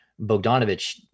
Bogdanovich